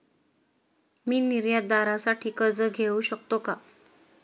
मी निर्यातदारासाठी कर्ज घेऊ शकतो का?